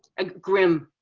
a grim,